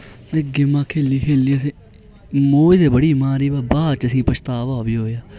फ्ही गेमां खेली खेली असैं मौज बड़ी मारी हां वा बाद च पछतावा बी होआ